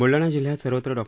बुलडाणा जिल्ह्यात सर्वत्र डॉ